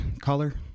color